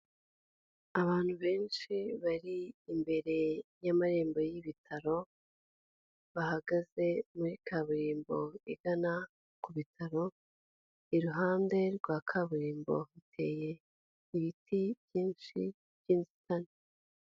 Abantu benshi bari imbere y'amarembo y'ibitaro, bahagaze muri kaburimbo, igana ku bitaro, iruhande rwa kaburimbo hateye, ibiti byinshi by'inzitane.